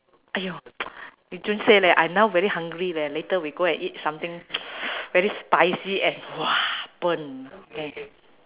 !aiyo! you don't say leh I now very hungry leh later we go and eat something very spicy and !wah! burn okay